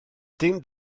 dim